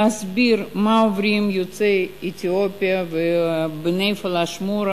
להסביר מה עוברים יוצאי אתיופיה ובני הפלאשמורה